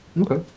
okay